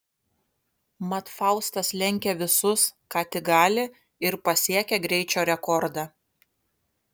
mat faustas lenkia visus ką tik gali ir pasiekia greičio rekordą